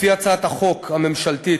לפי הצעת החוק הממשלתית,